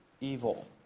Evil